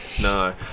no